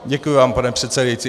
Děkuji vám, pane předsedající.